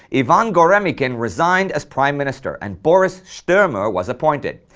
ivan goremykin resigned as prime minister and boris sturmer was appointed.